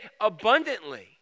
abundantly